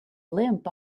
limp